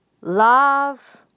love